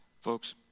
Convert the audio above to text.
Folks